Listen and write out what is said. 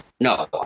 no